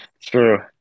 True